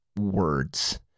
words